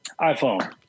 iPhone